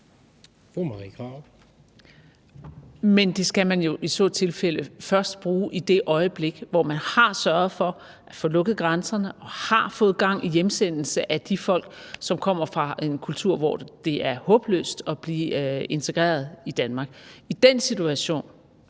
det skal man jo i så tilfælde først bruge i det øjeblik, hvor man har sørget for at få lukket grænserne og har fået gang i hjemsendelse af de folk, som kommer fra en kultur, hvor det er håbløst at blive integreret i Danmark. I den situation